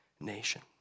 nation